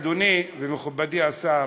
אדוני ומכובדי השר,